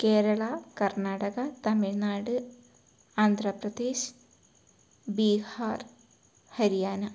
Kerala Karnataka Tamil Nadu Andhra Pradesh Bihar Haryana